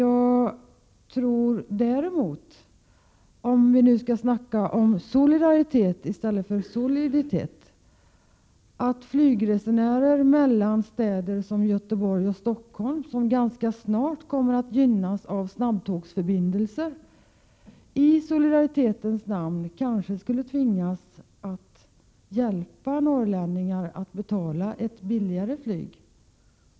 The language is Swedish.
Däremot tror jag — om vi nu skall prata om solidaritet i stället för om soliditet — att flygresenärer mellan städer som Göteborg och Stockholm, som ganska snart kommer att gynnas av snabbtågsförbindelser, kanske i solidaritetens namn skulle tvingas att hjälpa norrlänningar att få ett billigare flyg.